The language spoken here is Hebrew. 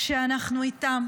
שאנחנו איתם.